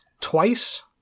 twice